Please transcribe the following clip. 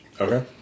Okay